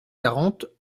quarante